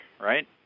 right